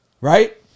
Right